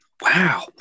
Wow